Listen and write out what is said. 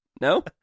No